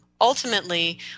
Ultimately